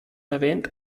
erwähnt